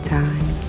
time